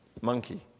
monkey